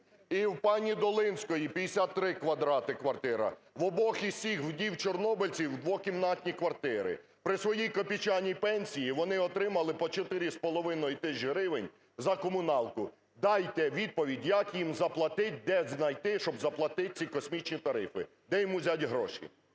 І в пані Долинської – 53 квадрати квартира. В обох із цих вдів чорнобильців двокімнатні квартири. При своїй копійчаній пенсії вони отримали по чотири з половиною тисяч гривень за комуналку. Дайте відповідь, як їм заплатить, де знайти, щоб заплатить ці космічні тарифи, де їм взяти гроші?